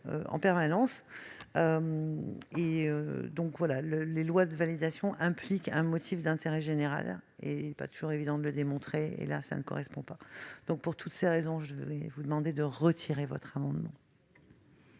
en permanence. Les lois de validation impliquent un motif d'intérêt général, ce qui n'est pas toujours évident à démontrer. Or ce cas précis n'y correspond pas. Pour toutes ces raisons, je vous demande de retirer votre amendement.